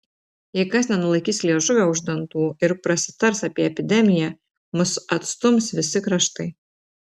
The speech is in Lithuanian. jei kas nenulaikys liežuvio už dantų ir prasitars apie epidemiją mus atstums visi kraštai